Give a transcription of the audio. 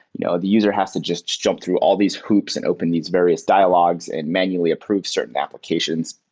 you know the user has to just jump through all these hoops and open these various dialogues and manually approach certain applications,